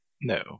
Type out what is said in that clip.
No